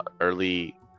early